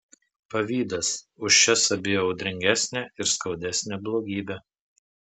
pavydas už šias abi audringesnė ir skaudesnė blogybė